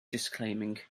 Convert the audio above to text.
disclaiming